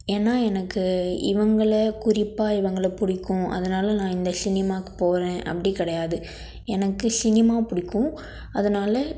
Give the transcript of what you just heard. ஏன்னால் எனக்கு இவங்களை குறிப்பாக இவங்களை பிடிக்கும் அதனால நான் இந்த சினிமாவுக்கு போகிறேன் அப்படி கிடையாது எனக்கு சினிமா பிடிக்கும் அதனால்